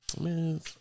Man